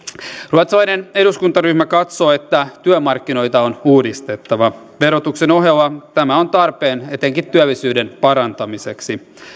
ruotsalainen eduskuntaryhmä katsoo että työmarkkinoita on uudistettava verotuksen ohella tämä on tarpeen etenkin työllisyyden parantamiseksi